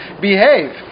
behave